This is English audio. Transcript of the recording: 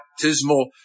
baptismal